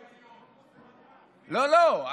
לא,